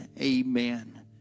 amen